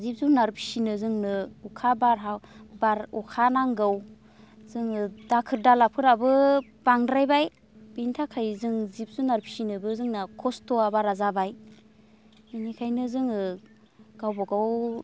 जिब जुनार फिनो जोंनो अखा बार बार अखा नांगौ जोङो दाखोर दालाफोराबो बांद्रायबाय बिनि थाखाय जों जिब जुनार फिनोबो जोंना खस्थ'आ बारा जाबाय बिनिखायनो जोङो गावबागाव